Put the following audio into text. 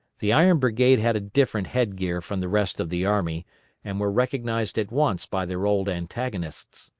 the iron brigade had a different head-gear from the rest of the army and were recognized at once by their old antagonists.